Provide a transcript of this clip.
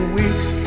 weeks